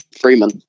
Freeman